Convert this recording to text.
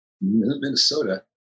Minnesota